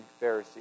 Pharisee